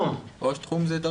איזו דרגה זו?